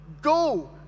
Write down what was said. Go